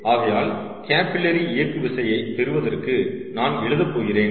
ஆகையால் கேபில்லரி இயக்கு விசையை பெறுவதற்கு நான் எழுதப் போகிறேன்